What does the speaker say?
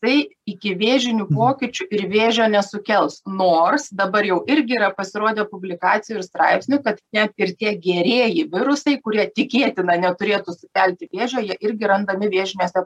tai ikivėžinių pokyčių ir vėžio nesukels nors dabar jau irgi yra pasirodė publikacijų ir straipsnių kad net ir tie gerieji virusai kurie tikėtina neturėtų sukelti vėžio jie irgi randami vėžiniuose